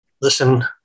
listen